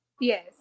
Yes